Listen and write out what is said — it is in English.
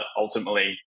ultimately